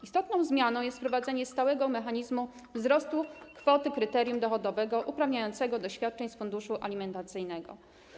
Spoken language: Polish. Istotną zmianą jest wprowadzenie stałego mechanizmu wzrostu kwoty kryterium dochodowego uprawniającego do świadczeń z funduszu alimentacyjnego.